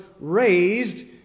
raised